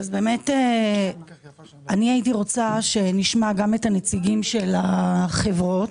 באמת אני הייתי רוצה שנשמע גם את הנציגים של החברות,